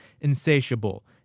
insatiable